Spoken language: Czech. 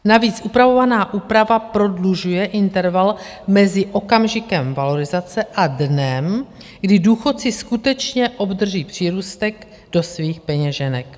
Navíc upravovaná úprava prodlužuje interval mezi okamžikem valorizace a dnem, kdy důchodci skutečně obdrží přírůstek do svých peněženek.